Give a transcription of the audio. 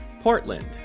Portland